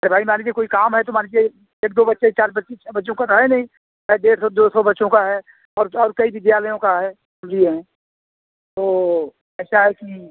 अरे भाई मान लीजिए कोई काम है तो मान लीजिए एक दो बच्चे चार बच्चे छः बच्चों का तो है नहीं अरे डेढ़ सौ दो सौ बच्चों का है और तो और कई विद्यालयों का है हम लिए हैं तो ऐसा है कि